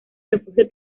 refugio